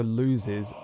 loses